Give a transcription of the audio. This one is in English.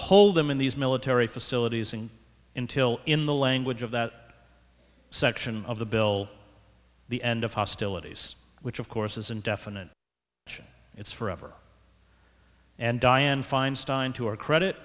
hold them in these military facilities and until in the language of that section of the bill the end of hostilities which of course is indefinite it's forever and dianne feinstein to her credit